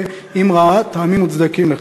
אם ראה טעמים מוצדקים לכך.